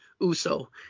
Uso